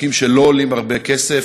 חוקים שלא עולים הרבה כסף,